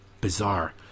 Bizarre